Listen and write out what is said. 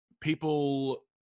people